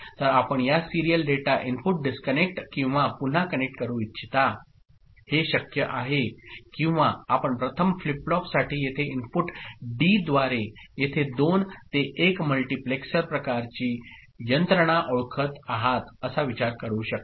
तर आपण या सिरीयल डेटा इनपुट डिस्कनेक्ट किंवा पुन्हा कनेक्ट करू इच्छिता ते शक्य आहे किंवा आपणप्रथम फ्लिप फ्लॉप साठी येथे इनपुट डी द्वारे येथे2 ते 1 मल्टीप्लेक्सर् प्रकारची यंत्रणाओळखत आहात असा विचार करू शकता